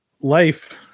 life